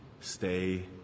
Stay